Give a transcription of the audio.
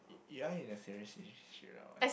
you all in the same relationship or what